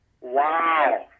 Wow